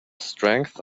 strength